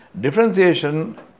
Differentiation